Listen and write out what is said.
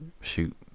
shoot